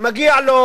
מגיע לו